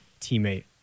teammate